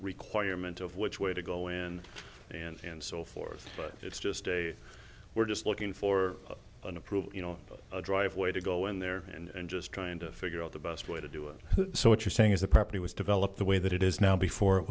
requirement of which way to go in and so forth but it's just they were just looking for an approval you know a driveway to go in there and just trying to figure out the best way to do it so what you're saying is a property was developed the way that it is now before it